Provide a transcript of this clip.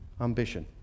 ambition